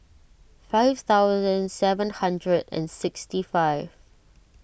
five thousand seven hundred and sixty five